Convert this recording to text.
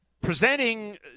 Presenting